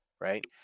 right